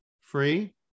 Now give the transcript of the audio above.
Free